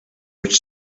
which